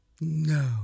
No